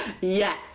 Yes